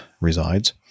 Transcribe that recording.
resides